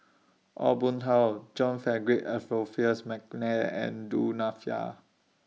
Aw Boon Haw John Frederick Adolphus Mcnair and Du Nanfa